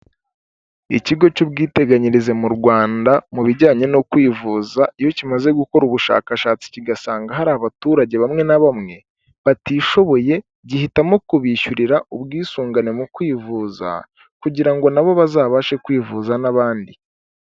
Ikigo cy'ubwiteganyirize mu Rwanda mu bijyanye no kwivuza, iyo kimaze gukora ubushakashatsi kigasanga hari abaturage bamwe na bamwe batishoboye, gihitamo kubishyurira ubwisungane mu kwivuza kugira ngo nabo bazabashe kwivuza n'abandi.